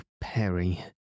Perry